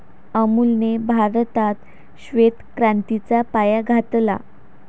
अमूलने भारतात श्वेत क्रांतीचा पाया घातला